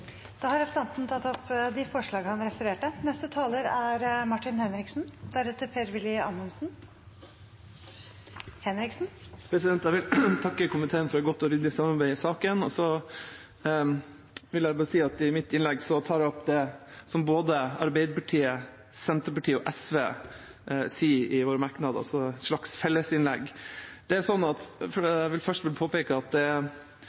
tatt opp de forslagene han refererte til. Jeg vil takke komiteen for et godt og ryddig samarbeid i saken. Så vil jeg bare si at jeg i mitt innlegg tar opp det som både Arbeiderpartiet, Senterpartiet og SV sier i våre merknader, så dette er et slags fellesinnlegg. Først vil jeg påpeke at dette er den andre proposisjonen i løpet av ett år som endrer prosessen i domstolene uten at